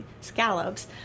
scallops